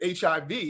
HIV